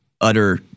utter